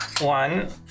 one